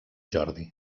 jordi